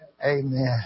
Amen